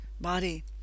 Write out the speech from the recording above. body